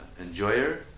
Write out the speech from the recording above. enjoyer